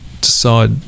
decide